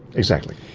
exactly.